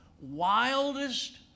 wildest